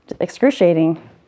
excruciating